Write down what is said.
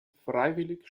freiwillig